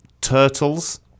turtles